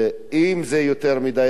שאם זה יותר מדי,